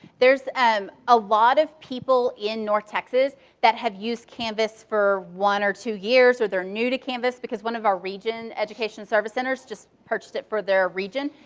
there's um a lot of people in north texas that have used canvas for one or two years, or they're new to canvas. because one of our region education service centers just purchased it for their region.